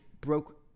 broke